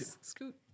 Scoot